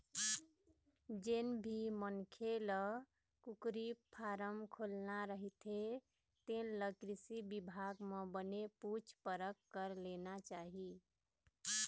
जेन भी मनखे ल कुकरी फारम खोलना रहिथे तेन ल कृषि बिभाग म बने पूछ परख कर लेना चाही